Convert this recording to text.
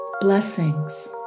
Blessings